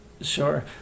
Sure